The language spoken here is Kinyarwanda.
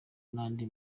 n’andi